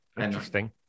Interesting